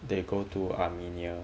they go to armenia